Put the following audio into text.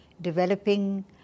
developing